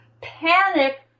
panic